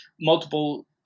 multiple